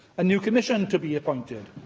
a new commission to be appointed,